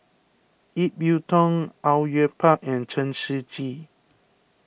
Ip Yiu Tung Au Yue Pak and Chen Shiji